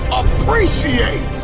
appreciate